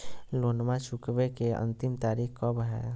लोनमा चुकबे के अंतिम तारीख कब हय?